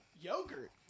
yogurt